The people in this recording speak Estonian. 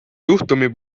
juhtumi